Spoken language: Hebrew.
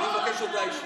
אני מבקש הודעה אישית.